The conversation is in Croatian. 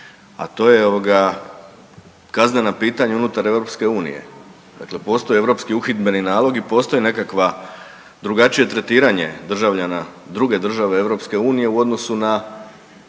ovoga, kaznena pitanja unutar EU. Dakle postoji Europskih uhidbeni nalog i postoji nekakva drugačije tretiranja državljana druge države EU u odnosu na